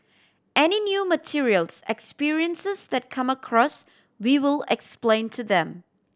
any new materials experiences that come across we will explain to them